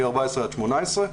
מ-2014 עד 2018,